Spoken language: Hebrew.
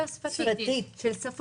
שפתית.